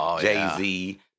Jay-Z